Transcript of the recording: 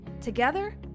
Together